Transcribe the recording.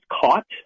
caught